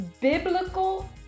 Biblical